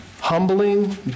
humbling